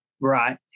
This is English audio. Right